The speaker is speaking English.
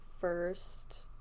first